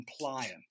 compliant